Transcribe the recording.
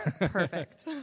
perfect